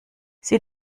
sie